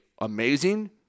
amazing